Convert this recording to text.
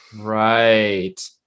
Right